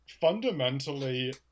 fundamentally